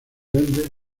ende